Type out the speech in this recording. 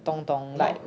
东东 like